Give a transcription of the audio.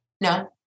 No